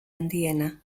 handiena